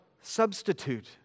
substitute